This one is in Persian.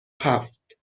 هفت